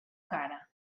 cara